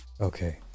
Okay